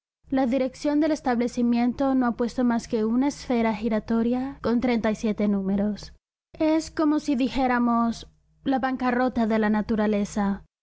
la dirección del establecimiento no ha puesto más que una esfera giratoria con números es como si dijéramos la bancarrota de la naturaleza